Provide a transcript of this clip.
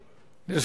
בבית.